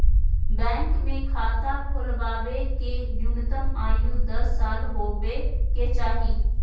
bank मे खाता खोलबावे के न्यूनतम आयु दस साल होबे के चाही